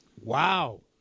Wow